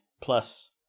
plus